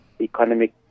economic